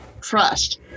trust